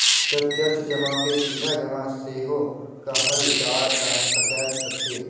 प्रत्यक्ष जमा के सीधा जमा सेहो कहल जा सकैत अछि